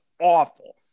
awful